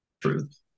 truth